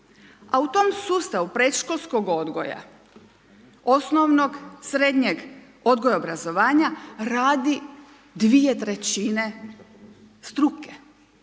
a u tom sustavu predškolskog odgoja, osnovnog, srednjeg odgoja i obrazovanja radi dvije trećine struke.